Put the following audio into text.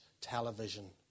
television